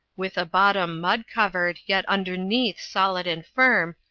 with a bottom, mud covered, yet underneath solid and firm,